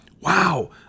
wow